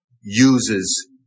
uses